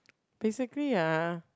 basically ah